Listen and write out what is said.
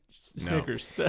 Snickers